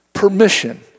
permission